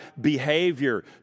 behavior